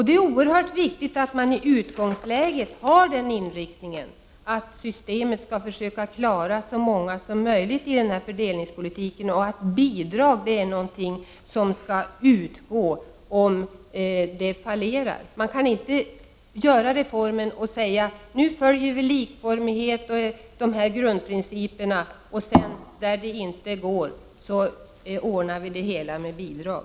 Det är oerhört viktigt att man i utgångsläget har inriktningen att systemet skall klara så många som möjligt i fördelningspolitiken och att bidrag är någonting som skall utgå om det fallerar. Man kan inte genomföra reformen och säga att ”nu följer vi med likformighet de här grundprinciperna, och där det inte går, ordnar vi det hela med bidrag”.